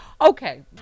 okay